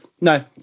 No